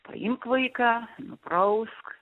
paimk vaiką nuprausk